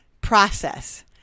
process